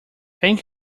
thank